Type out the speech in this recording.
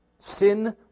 Sin